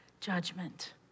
judgment